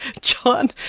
John